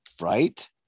Right